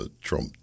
Trump